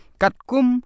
katkum